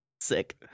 Sick